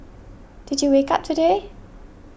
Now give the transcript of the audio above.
did you wake up today